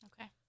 Okay